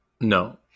No